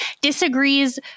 disagrees